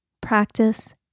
practice